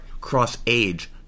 cross-age